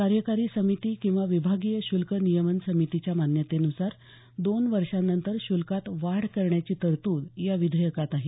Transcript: कार्यकारी समिती किंवा विभागीय श्र्ल्क नियमन समितीच्या मान्यतेन्सार दोन वर्षानंतर शुल्कात वाढ करण्याची तरतूद या विधेयकात आहे